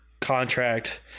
contract